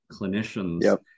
clinicians